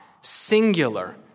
singular